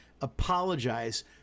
apologize